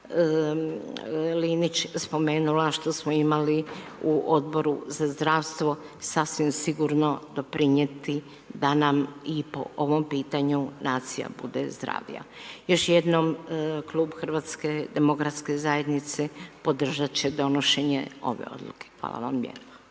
Linić spomenula što smo imali u Odboru za zdravstvo sasvim sigurno doprinijeti da nam i po ovom pitanju nacija bude zdravija. Još jednom klub HDZ-a podržati će donošenje ove odluke. Hvala vam lijepa.